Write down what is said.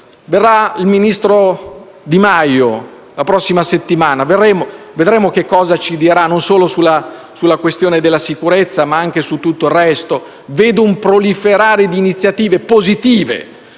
Aula il ministro Di Maio. Ascolteremo cosa ci dirà, non solo sulla questione della sicurezza ma anche su tutto il resto. Vedo un proliferare di iniziative positive